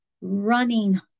running